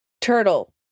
Turtle